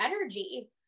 energy